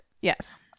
yes